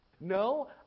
No